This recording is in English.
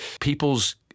people's